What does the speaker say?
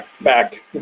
back